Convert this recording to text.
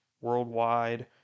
worldwide